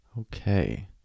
Okay